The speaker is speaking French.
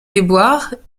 déboires